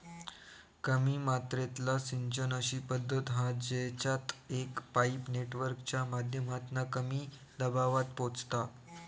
कमी मात्रेतला सिंचन अशी पद्धत हा जेच्यात एक पाईप नेटवर्कच्या माध्यमातना कमी दबावात पोचता